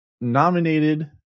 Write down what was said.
nominated